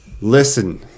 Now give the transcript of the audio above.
Listen